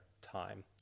time